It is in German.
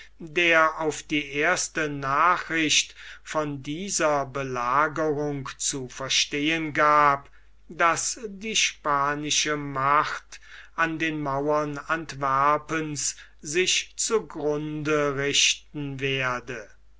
der auf die erste nachricht von dieser belagerung zu verstehen gab daß die spanische macht an den mauern antwerpens sich zu grunde richten werde